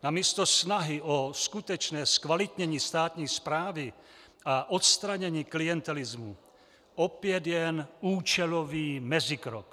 Namísto snahy o skutečné zkvalitnění státní správy a odstranění klientelismu opět jen účelový mezikrok.